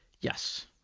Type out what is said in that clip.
Yes